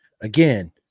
again